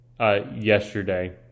Yesterday